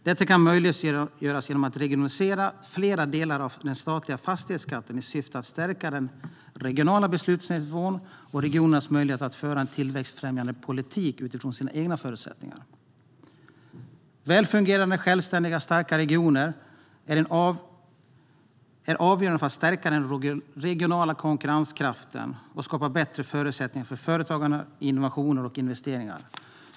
Detta kan möjliggöras genom att regionalisera flera delar av den statliga fastighetsskatten i syfte att stärka den regionala beslutsnivån och regionernas möjligheter att föra en tillväxtfrämjande politik utifrån sina egna förutsättningar. Välfungerande, självständiga och starka regioner är avgörande för att stärka den regionala konkurrenskraften och skapa bättre förutsättningar för företagande, innovationer och investeringar.